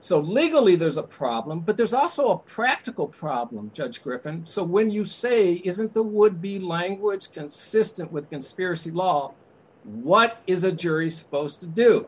so legally there's a problem but there's also a practical problem judge griffin so when you say isn't the would be language consistent with conspiracy law what is a jury supposed to do